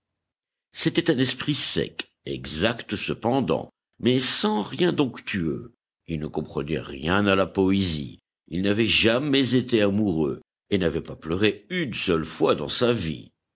c'était un esprit sec exact cependant mais sans rien d'onctueux il ne comprenait rien à la poésie il n'avait jamais été amoureux et n'avait pas pleuré une seule fois dans sa vie